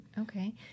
Okay